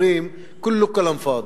אומרים: "כולו כלאם פאד'י",